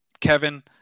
Kevin